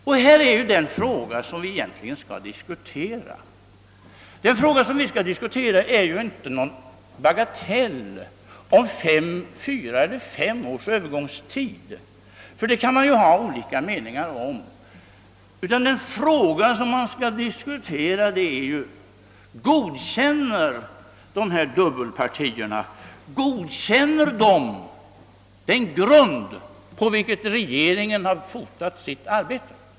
Och detta är ju den fråga vi egentligen skall diskutera. Vi skall inte föra någon diskussion om en bagatell som fyra eller fem års övergångstid — rörande den saken kan olika meningar råda. Nej, vad vi skall diskutera är om dubbelpartierna godkänner den grund på vilken regeringen har fotat sitt arbete.